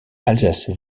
alsace